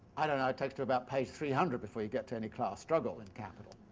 i don't know, it takes to about page three hundred before you get to any class struggle in capital.